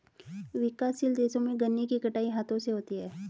विकासशील देशों में गन्ने की कटाई हाथों से होती है